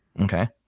Okay